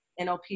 NLP